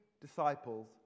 disciples